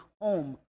home